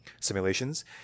simulations